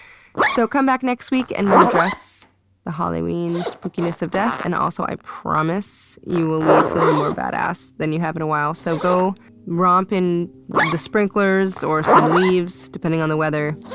so come back next week and we'll address the halloween spookiness of death and also i promise you will leave feeling more badass than you have in a while. so go romp in the sprinklers or some leaves depending on the weather.